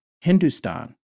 Hindustan